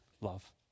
love